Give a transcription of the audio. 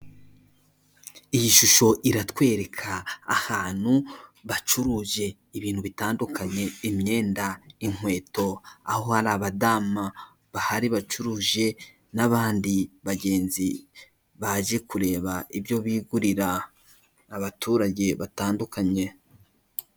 Iyi shusho iratwereka ahantu bacuruje ibintu bitandukanye; imyenda, inkweto, aho hari abadama bahari bacuruje n'abandi bagenzi baje kureba ibyo bigurira, abaturage batandukanye.